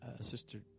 sister